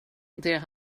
det